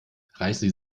reißen